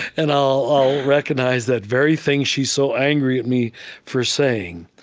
and i'll recognize that very thing she's so angry at me for saying,